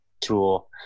tool